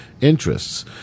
interests